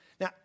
Now